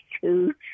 two